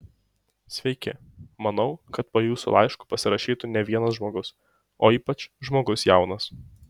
sveiki manau kad po jūsų laišku pasirašytų ne vienas žmogus o ypač žmogus jaunas